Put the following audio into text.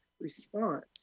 response